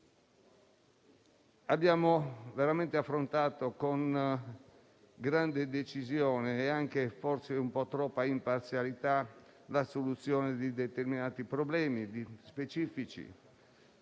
Abbiamo veramente affrontato con grande decisione e forse con troppa imparzialità la soluzione di determinati problemi specifici.